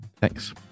Thanks